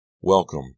Welcome